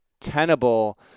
tenable